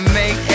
make